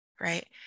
right